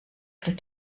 viel